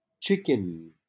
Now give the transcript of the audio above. chicken